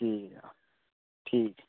ठीक ऐ ठीक